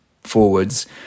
forwards